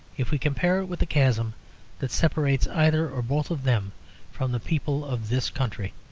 if we compare it with the chasm that separates either or both of them from the people of this country.